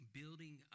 building